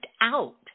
out